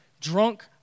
drunk